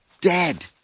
Dead